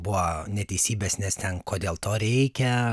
buvo neteisybės nes ten kodėl to reikia